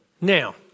Now